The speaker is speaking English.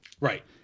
Right